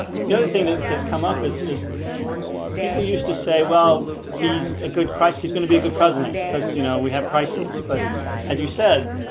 the other thing that has come up is is people used to say well, he's a good christ. he's gonna be a good president because you know, we have crises but as you said,